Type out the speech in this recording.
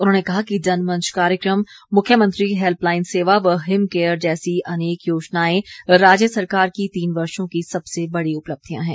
उन्होंने कहा कि जनमंच कार्यक्रम मुख्यमंत्री हैल्पलाईन सेवा व हिमकेयर जैसी अनेक योजनाएं राज्य सरकार की तीन वर्षों की सबसे बड़ी उपलब्धियां हैं